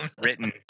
Written